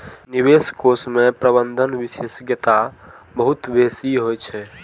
निवेश कोष मे प्रबंधन विशेषज्ञता बहुत बेसी होइ छै